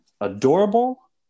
adorable